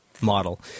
model